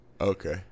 Okay